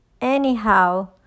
Anyhow